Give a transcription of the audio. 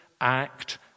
act